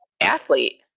athlete